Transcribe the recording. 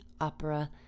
opera